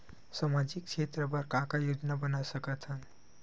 सामाजिक क्षेत्र बर का का योजना बना सकत हन?